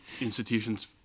institutions